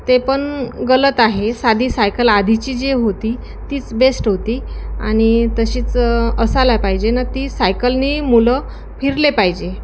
ते पण गलत आहे साधी सायकल आधीची जी होती तीच बेस्ट होती आणि तशीच असायला पाहिजे ना ती सायकलने मुलं फिरले पाहिजे